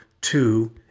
two